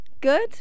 Good